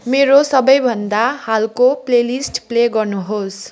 मेरो सबैभन्दा हालको प्लेलिस्ट प्ले गर्नुहोस्